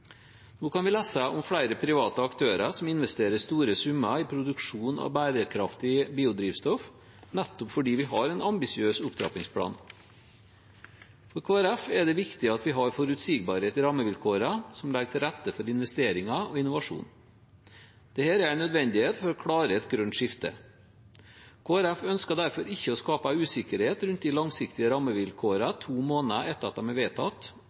Nå kan vi lese om flere private aktører som investerer store summer i produksjon av bærekraftig biodrivstoff, nettopp fordi vi har en ambisiøs opptrappingsplan. For Kristelig Folkeparti er det viktig at vi har forutsigbarhet i rammevilkårene som legger til rette for investeringer og innovasjon. Dette er en nødvendighet for å klare et grønt skifte. Kristelig Folkeparti ønsker derfor ikke å skape usikkerhet rundt de langsiktige rammevilkårene to måneder etter at de er vedtatt,